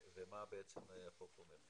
ומה בעצם החוק אומר.